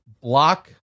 Block